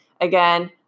Again